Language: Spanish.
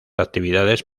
actividades